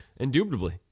indubitably